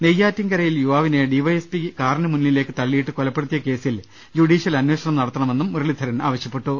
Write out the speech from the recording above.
നെയ്യാറ്റിൻകരയിൽ യുവാവിനെ D Y SP കാറിനു മുന്നിലേരക്ക് തള്ളിയിട്ടു കൊലപ്പെടുത്തിയ കേസിൽ ജുഡീഷ്യൽ അന്വേഷണം നടത്തണമെന്നും മുര ളീധരൻ ആവശ്യപ്പെട്ടു